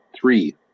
three